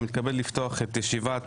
בוקר טוב לכולם, אני מתכבד לפתוח את ישיבת